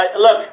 Look